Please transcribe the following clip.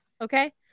okay